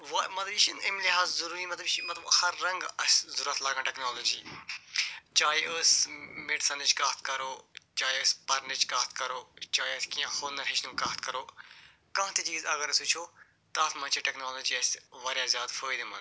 وۅنۍ مطلب یہِ چھِنہٕ اَمہِ لٮ۪حاظٕ ضروٗری مطلب یہِ چھِ مطلب ہر رنٛگہٕ اَسہِ ضروٗرت لَگان ٹیکنالوجی چاہیے أسۍ میڈِسنٕچ کَتھ کَرو چاہیے أسۍ پرنٕچ کتھ کَرو چاہیے أسۍ کیٚنٛہہ ہُنر ہیٚچھنٕچ کَتھ کَرو کانٛہہ تہِ چیٖز اگر أسۍ وُچھو تتھ منٛز چھِ ٹیکنالوجی اَسہِ وارِیاہ زیادٕ فٲیدٕ منٛد